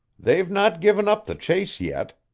they've not given up the chase yet.